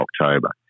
October